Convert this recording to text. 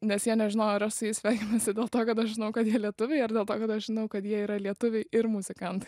nes jie nežinojo ar aš su jais sveikinuosi dėl to kad aš žinau kad jie lietuviai ar dėl to kad aš žinau kad jie yra lietuviai ir muzikantai